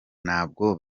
ntabwo